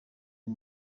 uyu